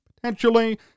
potentially